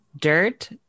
dirt